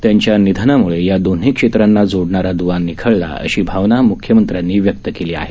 त्यांच्या निधनामुळे या दोन्ही क्षेत्रांना जोडणारा द्वा निखळला आहे अशी भावना मुख्यमंत्र्यांनी व्यक्त केली आहे